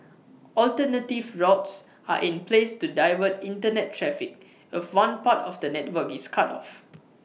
alternative routes are in place to divert Internet traffic if one part of the network is cut off